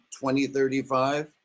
2035